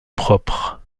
propre